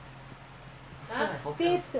open then because